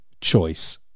choice